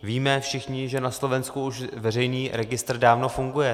Víme všichni, že na Slovensku už veřejný registr dávno funguje.